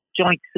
joint